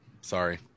Sorry